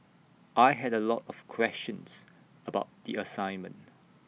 I had A lot of questions about the assignment